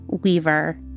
weaver